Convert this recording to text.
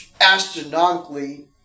astronomically